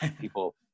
people